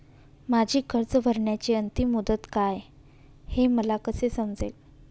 माझी कर्ज भरण्याची अंतिम मुदत काय, हे मला कसे समजेल?